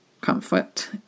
comfort